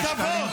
אתה תומך טרור.